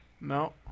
No